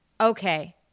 okay